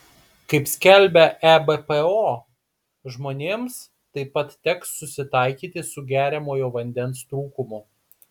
kaip skelbia ebpo žmonėms taip pat teks susitaikyti su geriamojo vandens trūkumu